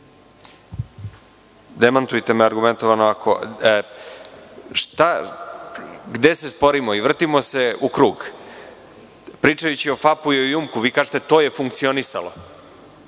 51%.Demantujte me argumentovano. Gde se sporimo i vrtimo se u krug? Pričajući o FAP-u i „Jumku“, kažete da je funkcionisalo.